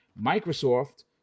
microsoft